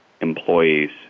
employees